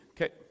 Okay